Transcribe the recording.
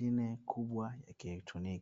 Eneo kubwa kwaajili ya uuzaji wa mazawa